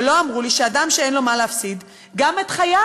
ולא אמרו לי שאדם שאין לו מה להפסיד, גם את חייו